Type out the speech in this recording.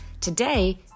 Today